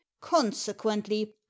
consequently